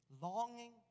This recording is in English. longing